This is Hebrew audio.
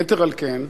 יתר על כן,